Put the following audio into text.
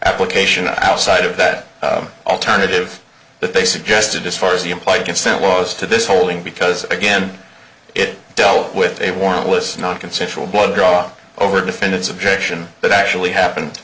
application outside of that alternative that they suggested as far as the implied consent was to this holding because again it dealt with a warrantless nonconsensual blood draw over defendant's objection that actually happened